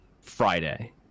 Friday